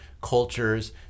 cultures